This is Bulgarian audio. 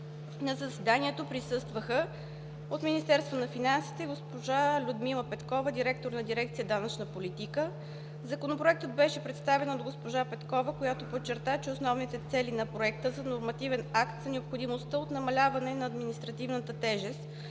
На заседанието присъства: от Министерството на финансите госпожа Людмила Петкова – директор на дирекция „Данъчна политика“. Законопроектът беше представен от госпожа Петкова, която подчерта, че основните цели на проекта за нормативен акт са необходимостта от намаляване на административната тежест